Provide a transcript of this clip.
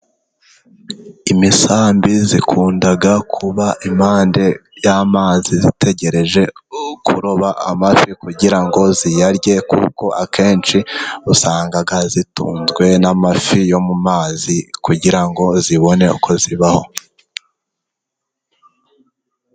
Imisambi zikunda kuba impande y'amazi zitegereje kuroba amafi kugira ngo ziyarye, kuko akenshi usanga zitunzwe n'amafi yo mu mazi kugira ngo zibone uko zibaho.